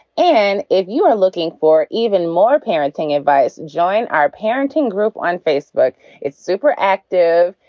and if you are looking for even more parenting advice, join our parenting group on facebook it's super active.